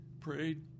prayed